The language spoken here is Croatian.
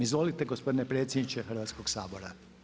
Izvolite gospodine predsjedniče Hrvatskoga sabora.